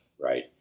right